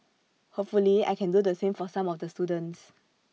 hopefully I can do the same for some of the students